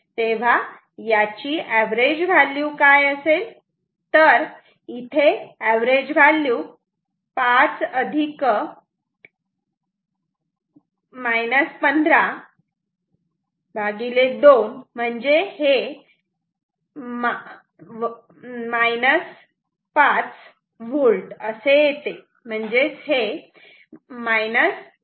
तेव्हा याची average value काय असेल तर इथे अवरेज व्हॅल्यू हे 5 2 5V असे येते म्हणजे हे 5V असे आहे